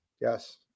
Yes